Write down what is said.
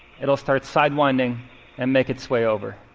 it'll start sidewinding and make its way over.